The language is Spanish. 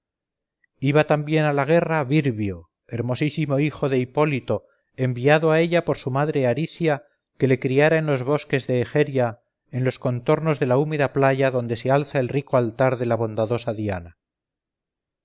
iba también a la guerra virbio hermosísimo hijo de hipólito enviado a ella por su madre aricia que le criara en los bosques de egeria en los contornos de la húmeda playa donde se alza el rico altar de la bondadosa diana